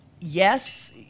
yes